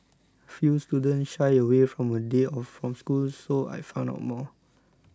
few students shy away from a day off from school so I found out more